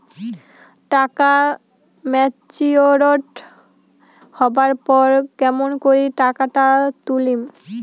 টাকা ম্যাচিওরড হবার পর কেমন করি টাকাটা তুলিম?